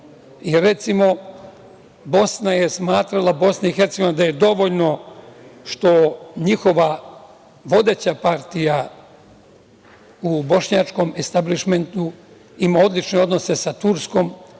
recimo, Bosna je smatrala, Bosna i Hercegovina, da je dovoljno što njihova vodeća partija u bošnjačkom establišmentu ima odlične odnose sa Turskom